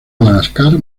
madagascar